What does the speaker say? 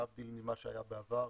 להבדיל ממה שהיה בעבר,